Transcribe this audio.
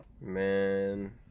man